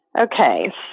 Okay